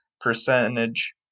percentage